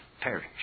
perish